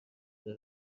تفنگ